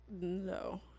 No